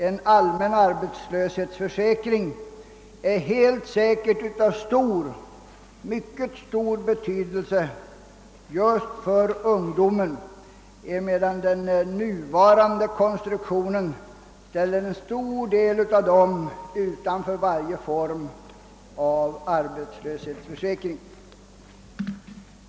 En allmän arbetslöshetsförsäkring är helt säkert av mycket stor betydelse just för de unga, emedan den nuvarande konstruktionen ställer en stor del av dem utanför varje form av arbetslöshetsförsäkring.